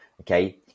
Okay